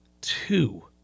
Two